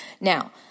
Now